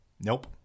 Nope